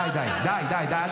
די, די, די.